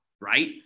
right